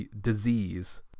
disease